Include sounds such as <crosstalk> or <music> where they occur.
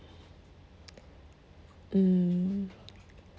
<noise> mm